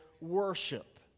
worship